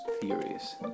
theories